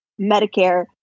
Medicare